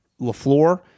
LaFleur